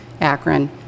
Akron